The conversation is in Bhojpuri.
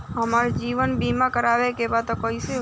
हमार जीवन बीमा करवावे के बा त कैसे होई?